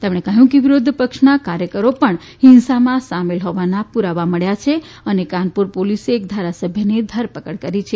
તેમણે કહ્યું કે વિરોધ પક્ષના કાર્યકરો પણ હિંસામાં સામેલ હોવાના પુરાવા મળ્યા છે અને કાનપુર પોલીસે એક ધારાસભ્યની ધરપકડ કરી છે